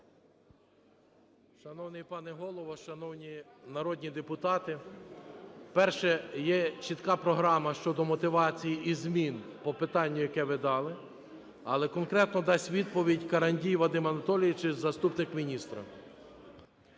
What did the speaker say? Шановний пане Голово, шановні народні депутати! Перше. Є чітка програма щодо мотивацій і змін по питанню, яке ви дали. Але конкретно дасть відповідь Карандій Вадим Анатолійович, заступник міністра.